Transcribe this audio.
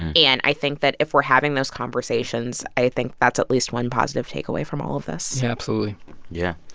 and i think that if we're having those conversations, i think that's at least one positive takeaway from all of this absolutely yeah.